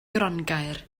grongaer